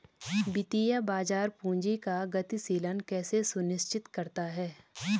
वित्तीय बाजार पूंजी का गतिशीलन कैसे सुनिश्चित करता है?